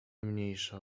mniejsza